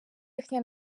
їхні